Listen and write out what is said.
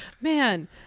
man